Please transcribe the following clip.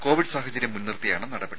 Covid സാഹചര്യം മുൻ നിർത്തിയാണ് നടപടി